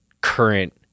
current